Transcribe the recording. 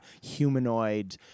humanoid